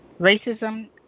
racism